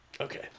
Okay